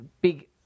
big